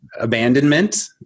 abandonment